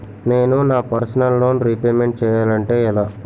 నేను నా personal loan repayment చేయాలంటే ఎలా?